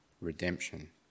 redemption